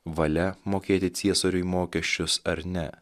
valia mokėti ciesoriui mokesčius ar ne